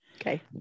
Okay